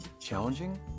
challenging